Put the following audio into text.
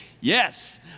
Yes